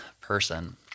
person